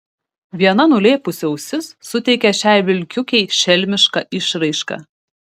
viena nulėpusi ausis suteikia šiai vilkiukei šelmišką išraišką